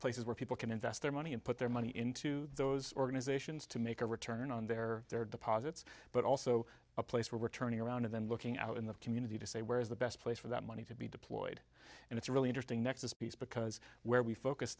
places where people can invest their money and put their money into those organizations to make a return on their their deposits but also a place where we're turning around and then looking out in the community to say where is the best place for that money to be deployed and it's really interesting nexus piece because where we focus